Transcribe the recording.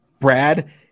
Brad